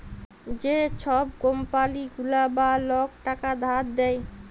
যে ছব কম্পালি গুলা বা লক টাকা ধার দেয়